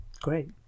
Great